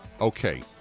okay